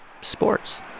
sports